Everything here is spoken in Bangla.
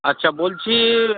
আচ্ছা বলছি